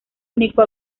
único